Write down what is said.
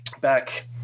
back